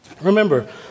Remember